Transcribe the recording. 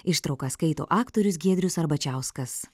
ištraukas skaito aktorius giedrius arbačiauskas